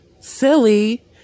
silly